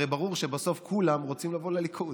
הרי ברור שבסוף כולם רוצים לבוא לליכוד.